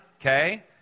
okay